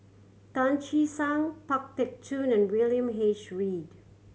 Tan Che Sang Pang Teck Joon and William H Read